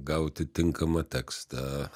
gauti tinkamą tekstą